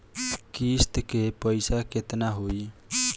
किस्त के पईसा केतना होई?